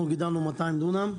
אנחנו גידלנו 200 דונם,